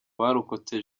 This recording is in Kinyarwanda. barokotse